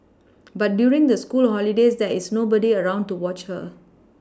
but during the school holidays there is nobody around to watch her